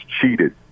cheated